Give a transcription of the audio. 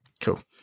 cool